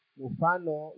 mufano